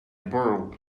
borrow